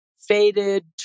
faded